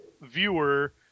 viewer